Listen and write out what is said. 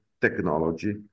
technology